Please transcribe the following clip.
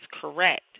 correct